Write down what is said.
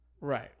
right